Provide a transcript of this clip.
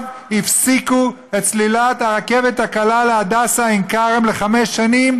הפסיקו את סלילת הרכבת הקלה להדסה עין כרם לחמש שנים,